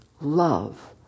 love